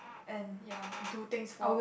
and ya do things for